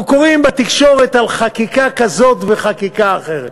אנחנו קוראים בתקשורת על חקיקה כזאת וחקיקה אחרת.